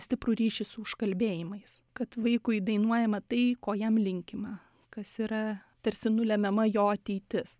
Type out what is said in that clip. stiprų ryšį su užkalbėjimais kad vaikui dainuojama tai ko jam linkima kas yra tarsi nulemiama jo ateitis